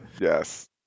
yes